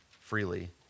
freely